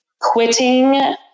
quitting